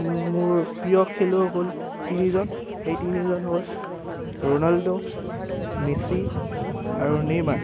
মোৰ প্ৰিয় খেলুৱৈ হ'ল তিনিজন সেই তিনিজন হ'ল ৰোনাল্ডো মেছি আৰু নেইমাৰ